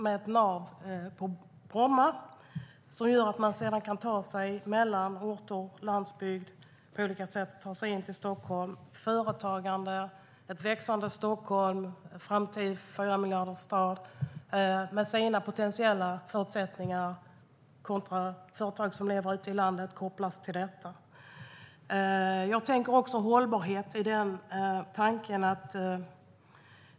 Det är ett nav i Bromma som gör att man kan ta sig mellan orter, till och från landsbygd och in till Stockholm. Det handlar om företagande och ett växande Stockholm med potentiella förutsättningar. Och företag ute i landet kopplas till detta. Jag tänker också på hållbarhet.